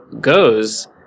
goes